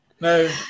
No